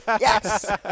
Yes